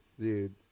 Dude